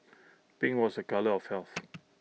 pink was A colour of health